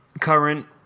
current